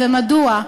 ומדוע?